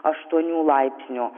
aštuonių laipsnių